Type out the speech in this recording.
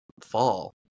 fall